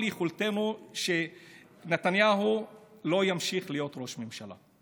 יכולתנו שנתניהו לא ימשיך להיות ראש ממשלה.